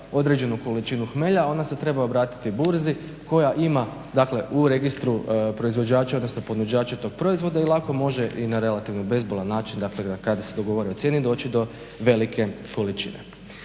određenu količinu hmelja, ona se treba obratiti burzi koja ima, dakle u registru proizvođača, odnosno ponuđača tog proizvoda i lako može i na relativno bezbolan način, dakle kad se dogovore o cijeni doći do velike količine.